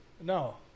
No